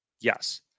Yes